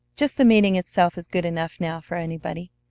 just the meeting itself is good enough now for anybody.